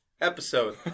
episode